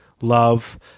love